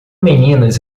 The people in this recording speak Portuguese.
meninas